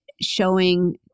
showing